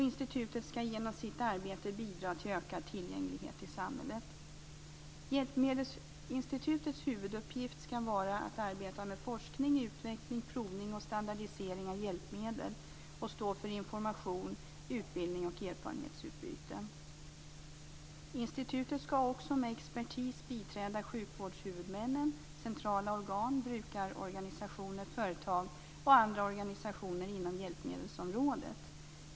Institutet skall genom sitt arbete bidra till ökad tillgänglighet i samhället. Hjälpmedelsinstitutets huvuduppgift skall vara att arbeta med forskning, utveckling, provning och standardisering av hjälpmedel samt stå för information, utbildning och erfarenhetsutbyte. Institutet skall också med expertis biträda sjukvårdshuvudmännen, centrala organ, brukarorganisationer, företag och andra organisationer inom hjälpmedelsområdet.